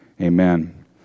Amen